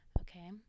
Okay